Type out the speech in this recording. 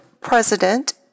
President